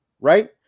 right